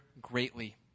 greatly